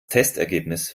testergebnis